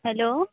hello